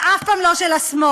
ואף פעם לא של השמאל.